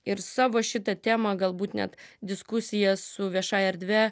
ir savo šitą temą galbūt net diskusiją su viešąja erdve